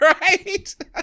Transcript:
Right